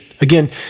Again